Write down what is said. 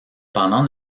pendant